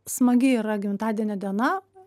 smagi yra gimtadienio diena